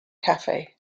café